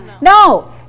No